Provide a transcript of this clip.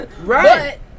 Right